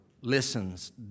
listens